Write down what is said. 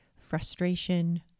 frustration